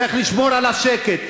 צריך לשמור על השקט.